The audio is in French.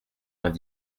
vingt